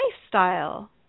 lifestyle